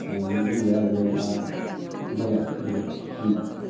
होननानै बुंबाय आरो बे माबाया बोराया बुरिखो थिनबाय